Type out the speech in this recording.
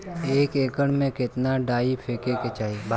एक एकड़ में कितना डाई फेके के चाही?